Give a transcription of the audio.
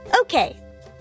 Okay